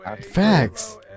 Facts